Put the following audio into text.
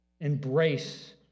embrace